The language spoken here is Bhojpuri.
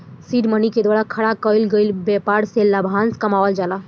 सीड मनी के द्वारा खड़ा कईल गईल ब्यपार से लाभांस कमावल जाला